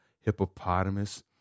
hippopotamus